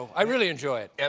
i really enjoy it. and